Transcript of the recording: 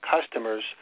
customers –